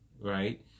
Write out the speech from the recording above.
right